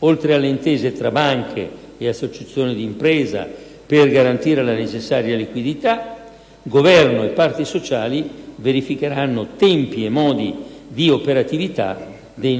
Oltre alle intese tra banche e associazioni di imprese per garantire la necessaria liquidità, Governo e parti sociali verificheranno tempi e modi di operatività dei